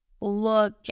look